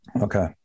Okay